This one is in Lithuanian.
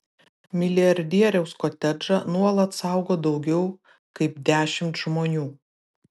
milijardieriaus kotedžą nuolat saugo daugiau kaip dešimt žmonių